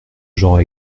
genre